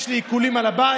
יש לי עיקולים על הבית,